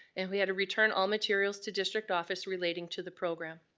and we had to return all materials to district office relating to the program.